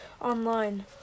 online